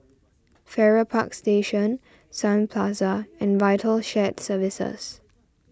Farrer Park Station Sun Plaza and Vital Shared Services